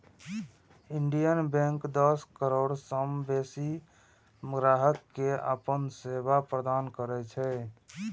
Indian bank दस करोड़ सं बेसी ग्राहक कें अपन सेवा प्रदान करै छै